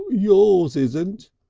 yours isn't,